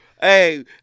hey